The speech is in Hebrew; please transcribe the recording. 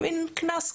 קנס כזה.